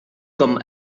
com